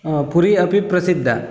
पुरी अपि प्रसिद्धा